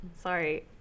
Sorry